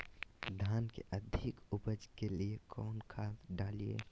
धान के अधिक उपज के लिए कौन खाद डालिय?